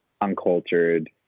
uncultured